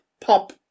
pop